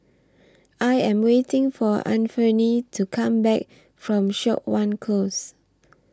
I Am waiting For Anfernee to Come Back from Siok Wan Close